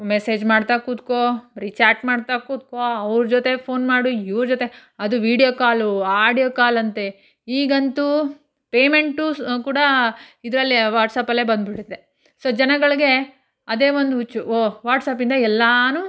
message ಮಾಡ್ತಾ ಕೂತ್ಕೋ ಬರೀ ಚಾಟ್ ಮಾಡ್ತಾ ಕೂತ್ಕೋ ಅವ್ರ ಜೊತೆ ಫೋನ್ ಮಾಡು ಇವ್ರ ಜೊತೆ ಅದು ವೀಡಿಯೋ ಕಾಲು ಆಡಿಯೋ ಕಾಲಂತೆ ಈಗಂತೂ ಪೇಮೆಂಟು ಸ್ ಕೂಡ ಇದರಲ್ಲೇ ವಾಟ್ಸಪಲ್ಲೇ ಬಂದ್ಬಿಟ್ಟಿದೆ ಸೊ ಜನಗಳಿಗೆ ಅದೇ ಒಂದು ಹುಚ್ಚು ಓಹ್ ವಾಟ್ಸಪಿಂದ ಎಲ್ಲನೂ